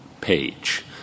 page